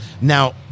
Now